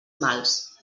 mals